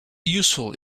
useful